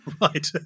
Right